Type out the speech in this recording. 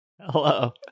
Hello